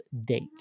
Date